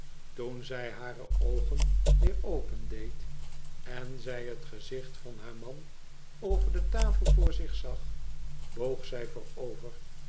toen zij hare oogen weer opendeed en zij het gezicht van haar man over de tafel voor zich zag boog zij voorover